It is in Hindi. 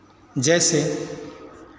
जैसे